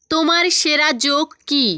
তোমার সেরা জোক কী